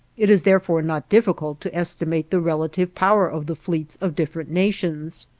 it is therefore not difficult to estimate the relative power of the fleets of different nations.